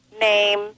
name